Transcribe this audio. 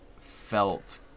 felt